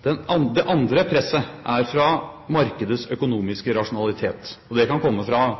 Det andre presset er fra markedets økonomiske rasjonalitet. Det kan komme fra